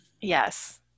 yes